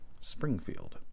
Springfield